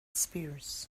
spears